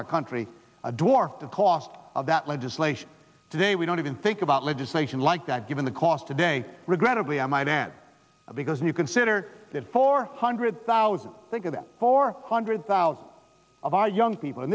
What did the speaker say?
our country a dwarf the cost of that legislation today we don't even think about legislation like that given the cost today regrettably i might add because if you consider that four hundred thousand think of that four hundred thousand of our young people in